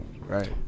Right